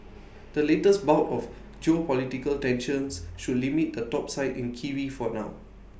the latest bout of geopolitical tensions should limit the topside in kiwi for now